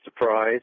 surprise